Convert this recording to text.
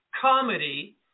comedy